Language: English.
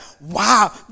Wow